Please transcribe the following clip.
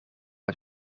het